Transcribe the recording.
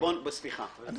לא, בסדר,